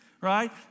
right